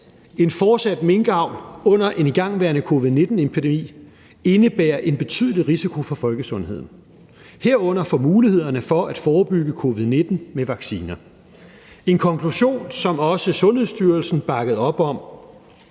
en fortsat minkavl under en igangværende covid-19-epidemi indebærer en betydelig risiko for folkesundheden, herunder for mulighederne for at forebygge covid-19 med vacciner. Det var en konklusion, som også Sundhedsstyrelsen bakkede op om.